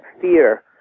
fear